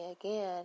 again